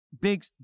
big